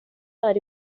ari